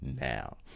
now